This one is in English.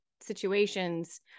situations